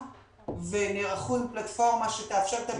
ונערכו עם פלטפורמה שתאפשר את הבדיקות.